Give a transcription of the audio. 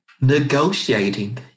negotiating